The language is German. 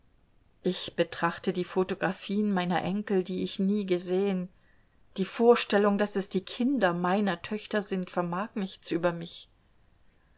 ich betrachte die photographien meiner enkel die ich nie gesehen die vorstellung daß es die kinder meiner töchter sind vermag nichts über mich